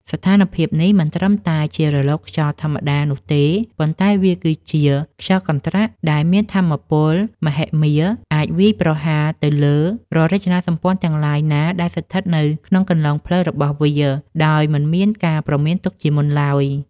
ស្ថានភាពនេះមិនត្រឹមតែជារលកខ្យល់ធម្មតានោះទេ ប៉ុន្តែវាគឺជា ខ្យល់កន្ត្រាក់ ដែលមានថាមពលមហិមា អាចវាយប្រហារទៅលើរាល់រចនាសម្ព័ន្ធទាំងឡាយណាដែលស្ថិតនៅក្នុងគន្លងផ្លូវរបស់វា ដោយមិនមានការព្រមានទុកជាមុនឡើយ។